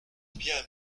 bien